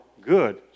good